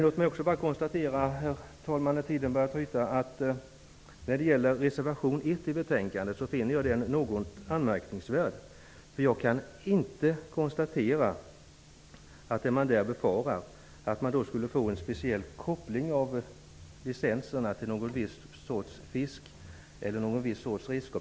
Låt mig också bara konstatera, herr talman, när tiden börjar tryta, att jag finner reservation 1 till betänkandet något anmärkningsvärd. Reservanterna befarar att vi kan få en koppling av licenserna till någon viss sorts fisk eller någon viss sorts redskap.